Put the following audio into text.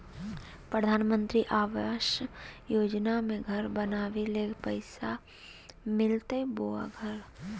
प्रधानमंत्री आवास योजना में घर बनावे ले पैसा मिलते बोया घर?